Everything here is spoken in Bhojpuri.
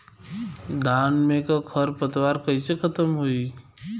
धान में क खर पतवार कईसे खत्म होई?